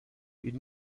une